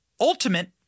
ultimate